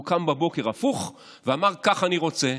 הוא קם בבוקר הפוך ואמר: ככה אני רוצה.